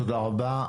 תודה רבה.